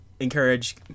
encourage